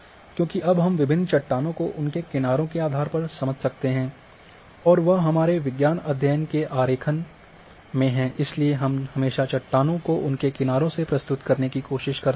क्योंकि अब हम विभिन्न चट्टानों को उनके किनारों के आधार पर समझ सकते हैं और वह हमारे विज्ञान अध्ययन के आरेखन में है इसलिए हम हमेशा चट्टानों को उनके किनारे से प्रस्तुत करने की कोशिश करते हैं